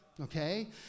Okay